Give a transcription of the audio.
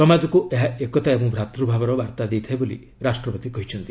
ସମାଜକୁ ଏହା ଏକତା ଏବଂ ଭାତୂଭାବର ବାର୍ତ୍ତା ଦେଇଥାଏ ବୋଲି ରାଷ୍ଟ୍ରପତି କହିଛନ୍ତି